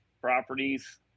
properties